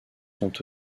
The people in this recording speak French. sont